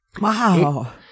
Wow